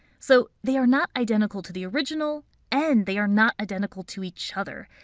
so they are not identical to the original and they are not identical to each other.